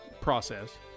process